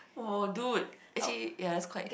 oh dude actually yea it's quite